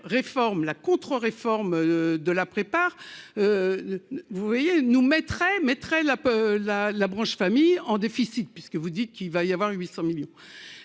réforme la contre-réforme de la prépare, vous voyez nous mettrait mettrait la peur, la, la branche famille en déficit puisque vous dites qu'il va y avoir 800 millions